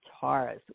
Taurus